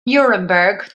nuremberg